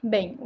Bem